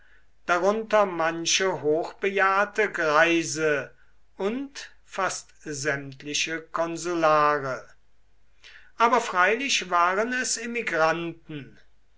darunter manche hochbejahrte greise und fast sämtliche konsulare aber freilich waren es emigranten